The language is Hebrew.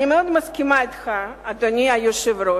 אני מאוד מסכימה אתך, אדוני היושב-ראש,